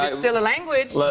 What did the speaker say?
ah still a language.